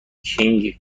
کینگ